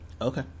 Okay